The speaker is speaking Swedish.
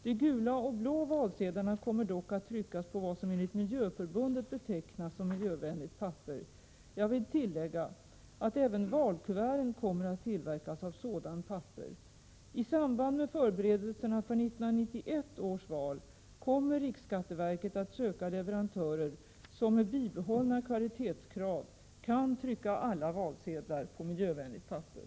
De gula och blå valsedlarna kommer dock att tryckas på vad som enligt Miljöförbundet betecknas som miljövänligt papper. Jag vill tillägga att även valkuverten kommer att tillverkas av sådant papper. I samband med förberedelserna för 1991 års val kommer RSV att söka leverantörer som med bibehållna kvalitetskrav kan trycka alla valsedlar på miljövänligt papper.